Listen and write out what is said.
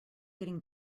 getting